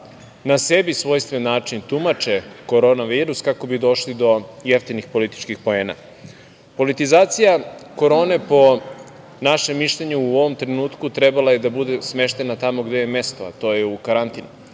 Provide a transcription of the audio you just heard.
na sebi svojstven način tumače korona virus kako bi došli do jeftinih političkih poena. Politizacija korone po našem mišljenju u ovom trenutku trebala je da bude smeštena tamo gde joj je i mesto, a to je u karantin.